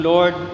Lord